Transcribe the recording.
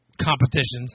competitions